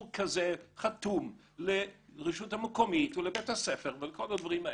כזה חתום לרשות המקומית או לבית הספר ולכל הדברים האלה,